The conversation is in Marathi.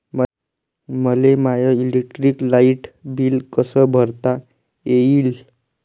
मले माय इलेक्ट्रिक लाईट बिल कस भरता येईल?